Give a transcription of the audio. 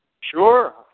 sure